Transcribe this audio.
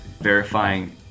verifying